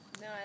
No